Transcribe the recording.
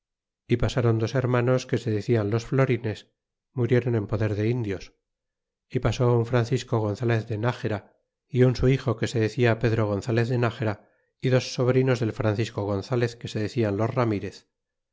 y pasron dos hermanos que se decían los florines muriéron en poder de indios y pasó un francisco gon zalez de nxera y un su hijo que se decia pedro gonzalez de nxera y dos sob rinos del francisco gonzalez que se decian los ramírez